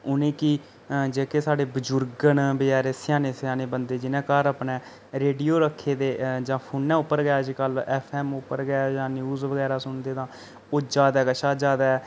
उनेंगी जेह्के साढ़े बजुर्ग न बचैरे स्याने स्याने बंदे न जिनें घर अपने रेडियो रक्खे दे जां फोनै उप्पर गै अज्जकल एफ एम उप्पर गै जां न्यूज बगैरा सुनदे तां ओह् ज्यादा कशा ज्यादा